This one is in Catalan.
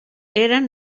eren